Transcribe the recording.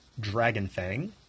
Dragonfang